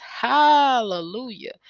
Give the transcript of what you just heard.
hallelujah